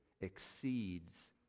exceeds